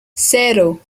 cero